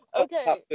Okay